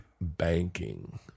banking